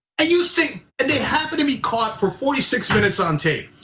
and you think, and they happen to be caught for forty six minutes on tape.